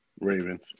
Ravens